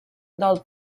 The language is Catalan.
del